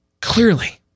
clearly